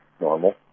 normal